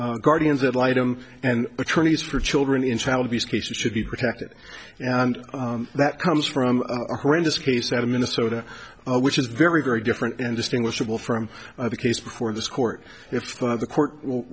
guardians of litum and attorneys for children in child abuse cases should be protected and that comes from a horrendous case out of minnesota which is very very different and distinguishable from the case before this court if the court will